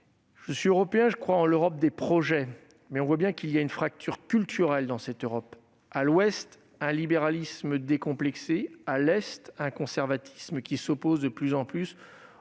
Je suis européen et je crois en l'Europe des projets, mais on voit bien qu'il existe une fracture culturelle, avec, à l'ouest, un libéralisme décomplexé et, à l'est, un conservatisme qui s'oppose chaque fois plus